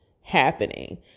happening